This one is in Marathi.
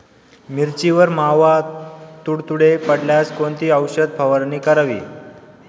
मिरचीवर मावा, तुडतुडे पडल्यास कोणती औषध फवारणी करावी?